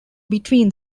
between